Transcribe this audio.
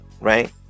right